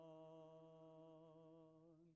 on